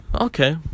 okay